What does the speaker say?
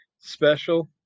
special